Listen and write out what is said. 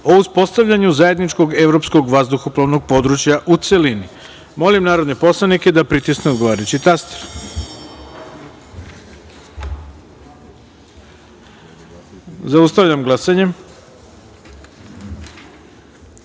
o uspostavljanju Zajedničkog evropskog vazduhoplovnog područja, u celini. Molim narodne poslanike da pritisnu odgovarajući taster. Zaustavljam glasanje: